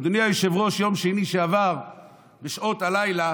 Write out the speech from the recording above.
אדוני היושב-ראש, ביום שני שעבר בשעות הלילה